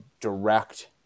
direct